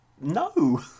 no